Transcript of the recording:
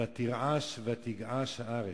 ותרעש ותגעש הארץ.